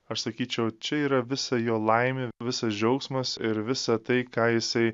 aš sakyčiau čia yra visa jo laimė visas džiaugsmas ir visa tai ką jisai